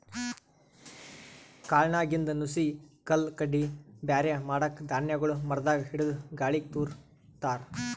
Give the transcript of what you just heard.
ಕಾಳ್ನಾಗಿಂದ್ ನುಸಿ ಕಲ್ಲ್ ಕಡ್ಡಿ ಬ್ಯಾರೆ ಮಾಡಕ್ಕ್ ಧಾನ್ಯಗೊಳ್ ಮರದಾಗ್ ಹಿಡದು ಗಾಳಿಗ್ ತೂರ ತಾರ್